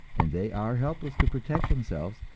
and they are helpless to protect themselves,